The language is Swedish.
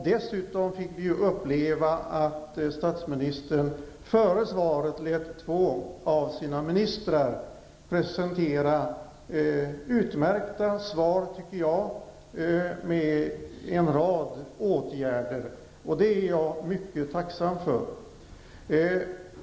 Dessutom fick vi uppleva att statsministern innan han lämnade sitt svar lät två av sina ministrar presentera, som jag tycker, utmärkta svar innehållande en rad förslag till åtgärder som jag är mycket tacksam för.